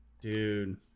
Dude